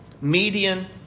median